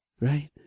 right